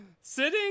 Sitting